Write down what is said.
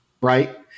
right